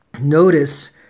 notice